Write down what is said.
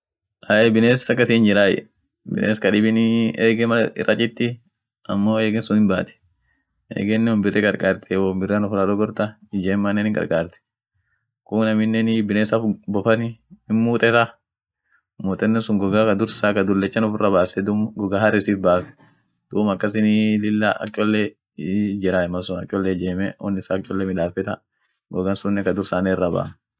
Ahey biness akasin hinjiray biness kadibinii ege-mal irra chitti amo egen sun hinbaat, egenen won birri karkaartiey won birian uffira dogorta, ijemannen hinkarkaart, kuun aminenii biness ak bofani himmuteta, muutenno sun goga ka dursaa kadullecha uffira basse duum goga haresit baaf, duum akasinii lilla ak cholle jiray malsun ak cholle ijeme won issa ak cholle midafeta gogasunen ka dursa sunnen irrabaat.